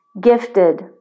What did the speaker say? gifted